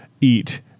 eat